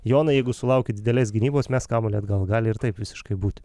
jonai jeigu sulauki didelės gynybos mesk kamuolį atgal gali ir taip visiškai būt